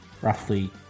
roughly